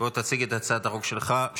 בוא תציג את הצעת החוק שלך.